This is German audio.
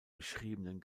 beschriebenen